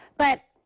but,